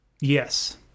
Yes